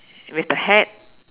with the hat